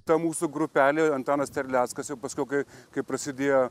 ta mūsų grupelė antanas terleckas jau paskiau kai kai prasidėjo